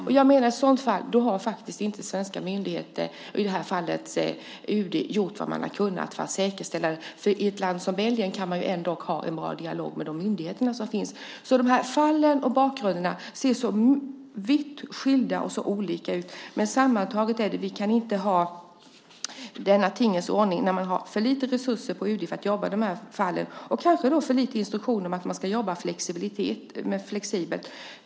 Jag menar att i ett sådant fall har faktiskt svenska myndigheter, i det här fallet UD, inte gjort vad man kunnat. I ett land som Belgien kan man ändock ha en bra dialog med de myndigheter som finns. De här fallen och bakgrunderna är så vitt skilda och ser så olika ut. Men sammantaget är det så att vi inte kan ha denna tingens ordning att vi har för lite resurser på UD för att jobba med de här fallen och kanske för lite instruktioner om att man ska jobba mer flexibelt.